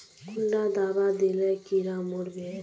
कुंडा दाबा दिले कीड़ा मोर बे?